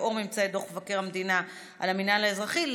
לאור ממצאי דוח מבקר המדינה על המינהל האזרחי.